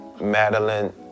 Madeline